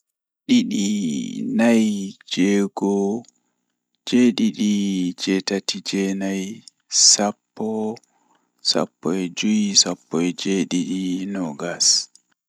Didi, Nay, Jweego, Jweedidi, Jweetati, Jweenay, Sappo, Sappo e joye, Sappo e jweedidi, Noogas.